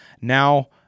now